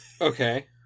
Okay